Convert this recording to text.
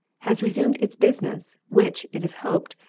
has resumed its business, which, it is hoped,